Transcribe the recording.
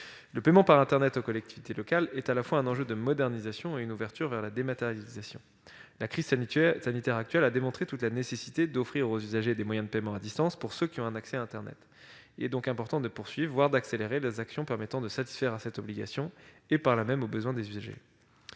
Le paiement par internet aux collectivités locales est à la fois un enjeu de modernisation et une ouverture vers la dématérialisation. La crise sanitaire actuelle a démontré la nécessité d'offrir aux usagers des moyens de paiement â distance, pour ceux qui ont un accès à internet. Il est donc important de poursuivre, voire d'accélérer, les actions permettant de satisfaire à cette obligation et, par là même, aux besoins des usagers.